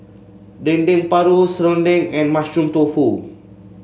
Dendeng Paru serunding and Mushroom Tofu